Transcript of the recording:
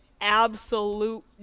absolute